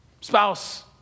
spouse